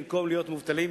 במקום להיות מובטלים,